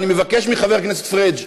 ואני מבקש מחבר הכנסת פריג'